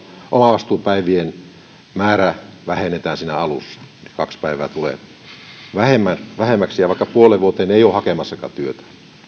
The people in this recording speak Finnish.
omavastuupäivien määrää vähennetään siinä alussa kaksi päivää tulee vähemmäksi vaikka puoleen vuoteen ei ole hakemassakaan työtä